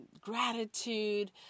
gratitude